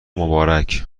مبارک